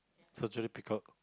surgery pickup